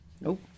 Nope